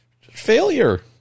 failure